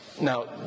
Now